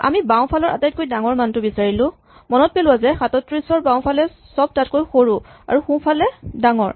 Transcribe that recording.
আমি বাওঁফালৰ আটাইতকৈ ডাঙৰ মানটো বিচাৰিলো মনত পেলোৱা যে ৩৭ ৰ বাওঁফালে চব তাতকৈ সৰু আৰু সোঁফালে ডাঙৰ